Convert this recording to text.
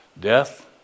Death